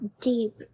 deep